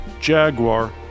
Jaguar